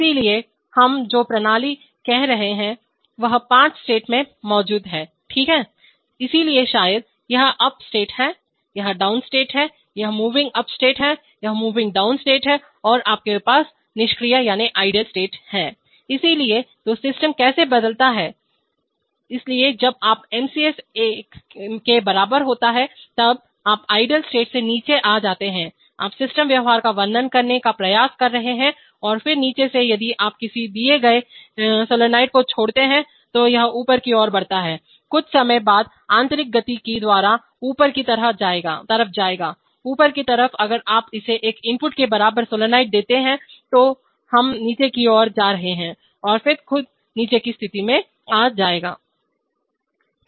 इसलिए हम जो प्रणाली कह रहे हैं वह पांच स्टेट में मौजूद है ठीक है इसलिए शायद यह अप स्टेट है यह डाउन स्टेट है यह मूविंग अप स्टेट है और यह मूविंग डाउन स्टेट है और आपके पास निष्क्रियआइडल है इसलिए तो सिस्टम कैसे बदलता हैइसलिए जब आप MCS एक के बराबर होता हैं तब आप आइडल से नीचे आ जाते हैं आप सिस्टम व्यवहार का वर्णन करने का प्रयास कर रहे हैं और फिर नीचे से यदि आप किसी दिए गए सोलनॉइड को छोड़ते हैं तो यह ऊपर की ओर बढ़ता है कुछ समय बाद आंतरिक गतिकी द्वारा ऊपर की तरफ जाएगा ऊपर की तरफ अगर आप इसे एक इनपुट के बराबर सोलनॉइड देते हैं तो हम नीचे की ओर जा रहे हैं और फिर खुद नीचे की स्थिति में आ जाएंगे